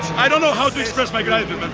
i don't know how to express my gratitude, man.